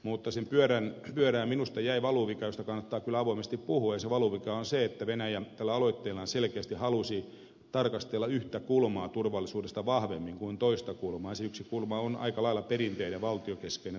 mutta siihen pyörään jäi minusta valuvika josta kannattaa kyllä avoimesti puhua ja se valuvika on se että venäjä tällä aloitteellaan selkeästi halusi tarkastella yhtä kulmaa turvallisuudesta vahvemmin kuin toista kulmaa ja se yksi kulma on aika lailla perinteinen valtiokeskeinen turvallisuusajattelu